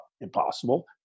impossible